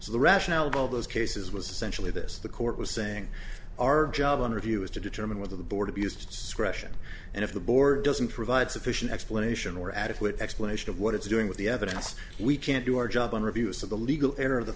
so the rationale of all those cases was essentially this the court was saying our job interview is to determine whether the board abused pression and if the board doesn't provide sufficient explanation or adequate explanation of what it's doing with the evidence we can't do our job and reviews of the legal error th